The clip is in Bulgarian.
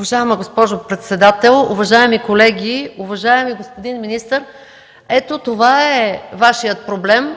Уважаема госпожо председател, уважаеми колеги! Уважаеми господин министър, ето това е Вашият проблем